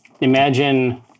Imagine